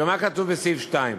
ומה כתוב בסעיף 2?